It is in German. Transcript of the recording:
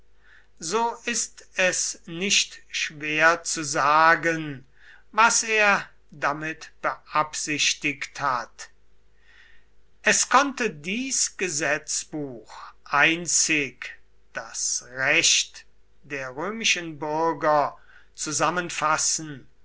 so ist es nicht schwer zu sagen was er damit beabsichtigt hat es konnte dies gesetzbuch einzig das recht der römischen bürger zusammenfassen